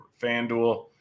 FanDuel